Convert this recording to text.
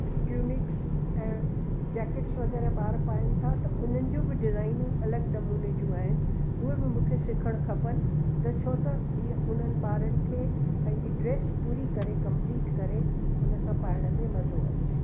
tunics ऐं jackets वग़ैरह ॿार पाइनि था त उन्हनि जो बि डिजाइनूं अलॻि नमूने जूं आहिनि उहे बि मूंखे सिखणु खपनि त छो त सि उन्हनि ॿारनि खे पंहिंजी ड्रेस पूरी करे कंप्लीट करे उनसां पाइण में मज़ो अचे